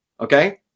okay